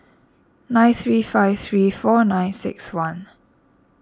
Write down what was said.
nine three five three four nine six one